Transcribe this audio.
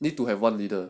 need to have one leader